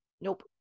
Nope